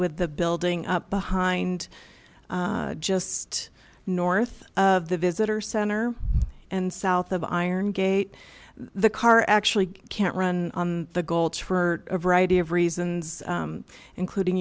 with the building up behind just north of the visitor center and south of iron gate the car actually can't run on the gold for a variety of reasons including